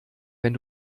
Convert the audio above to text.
wenn